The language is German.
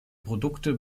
produkte